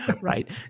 Right